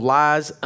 lies